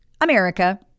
America